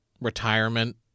retirement